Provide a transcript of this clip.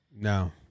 No